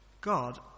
God